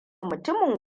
mutumin